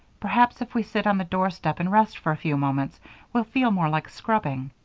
perhaps if we sit on the doorstep and rest for a few moments we'll feel more like scrubbing.